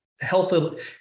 health